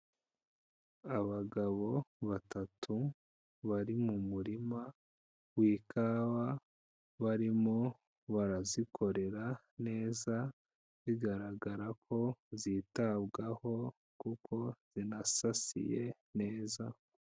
Abagabo batatu bari mu murima w'ikawa barimo barazikorera neza, bigaragara ko zitabwaho kuko zinasasiye neza.